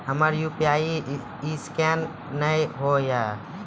हमर UPI scan नेय हो या?